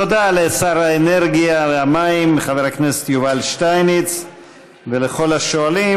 תודה לשר האנרגיה והמים חבר הכנסת יובל שטייניץ ולכל השואלים.